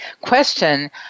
question